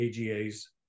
AGAs